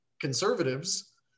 conservatives